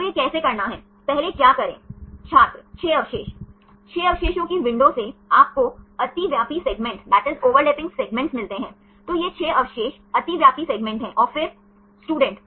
यहाँ आप L1 पर विचार करते हैं L1 को आंशिक रूप से अनुमत कहा जाता है यह आंशिक रूप से अनुमत क्षेत्र है